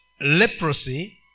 leprosy